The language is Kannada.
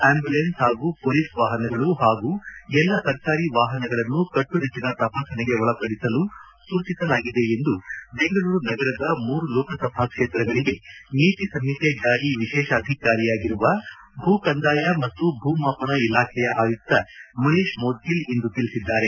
ಅಂಬ್ಯುಲೆನ್ಸ್ ಹಾಗೂ ಪೊಲೀಸ್ ವಾಹನಗಳು ಹಾಗೂ ಎಲ್ಲಾ ಸರ್ಕಾರಿ ವಾಹನಗಳನ್ನೂ ಕಟ್ಟುನಿಟ್ಟನ ತಪಾಸಣೆಗೆ ಒಳಪಡಿಸಲು ಸೂಚಿಸಲಾಗಿದೆ ಎಂದು ಬೆಂಗಳೂರು ನಗರದ ಮೂರು ಲೋಕಸಭಾ ಕ್ಷೇತ್ರಗಳಿಗೆ ನೀತಿ ಸಂಹಿತೆ ಜಾರಿ ವಿಶೇಷಾಧಿಕಾರಿಯಾಗಿರುವ ಭೂಕಂದಾಯ ಮತ್ತು ಭೂ ಮಾಪನ ಇಲಾಖೆಯ ಆಯುಕ್ತ ಮನೀಷ್ ಮೌಧಿಲ್ ಇಂದು ತಿಳಿಸಿದ್ದಾರೆ